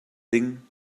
ding